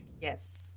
yes